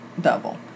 double